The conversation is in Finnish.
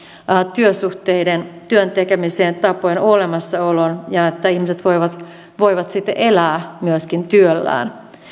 työsuhteiden työn tekemisen tapojen olemassaolon ja että ihmiset voivat sitten myöskin elää työllään